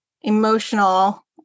emotional